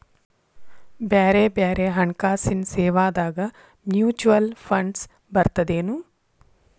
ಬ್ಯಾರೆ ಬ್ಯಾರೆ ಹಣ್ಕಾಸಿನ್ ಸೇವಾದಾಗ ಮ್ಯುಚುವಲ್ ಫಂಡ್ಸ್ ಬರ್ತದೇನು?